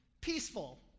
peaceful